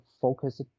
focus